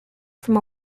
from